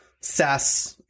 Sass